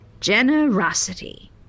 Generosity